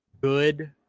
Good